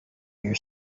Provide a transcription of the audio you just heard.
your